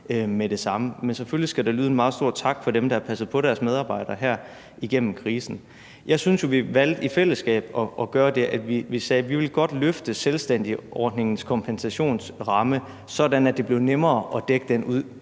skal selvfølgelig lyde en meget stor tak til dem, som har passet på deres medarbejdere her under krisen. Vi valgte jo i fællesskab at sige, at vi godt ville løfte selvstændigordningens kompensationsramme, sådan at det blev nemmere at dække den